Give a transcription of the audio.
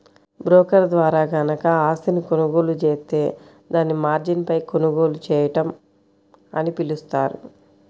broker ద్వారా గనక ఆస్తిని కొనుగోలు జేత్తే దాన్ని మార్జిన్పై కొనుగోలు చేయడం అని పిలుస్తారు